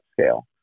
scale